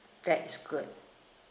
that is good